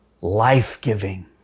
life-giving